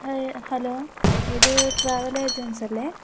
high hello ഇത് travel agency അല്ലേ